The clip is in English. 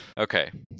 okay